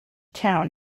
town